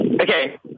Okay